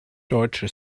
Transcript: deutsche